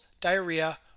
diarrhea